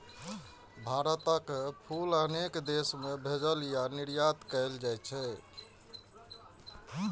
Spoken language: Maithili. भारतक फूल अनेक देश मे भेजल या निर्यात कैल जाइ छै